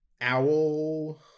owl